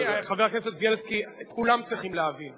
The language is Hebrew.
אני מציע להשתמש בזה לצורך ציבורי,